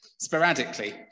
sporadically